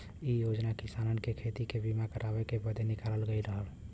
इ योजना किसानन के खेती के बीमा करावे बदे निकालल गयल रहल